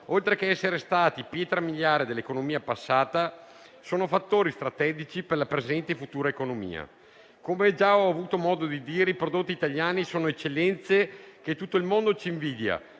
oltre ad essere stati pietra miliare dell'economia passata, sono fattori strategici per l'economia presente e futura. Come già ho avuto modo di dire, i prodotti italiani sono eccellenze che tutto il mondo ci invidia,